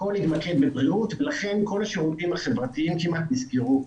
הכול התמקד בבריאות ולכן כמעט כל השירותים החברתיים נסגרו.